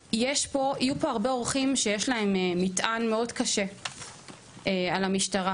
יהיו פה הרבה אורחים שיש להם מטען מאוד קשה על המשטרה,